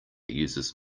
uses